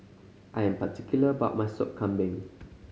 I am particular about my Sop Kambing